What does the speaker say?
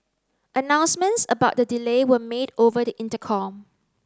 announcements about the delay were made over the intercom